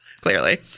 clearly